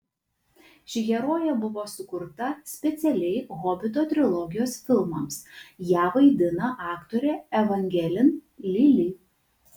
ši herojė buvo sukurta specialiai hobito trilogijos filmams ją vaidina aktorė evangelin lili